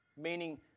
meaning